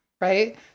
right